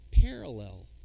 Parallel